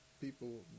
people